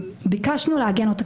ביקשנו לעגן אותה.